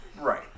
Right